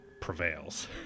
prevails